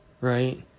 right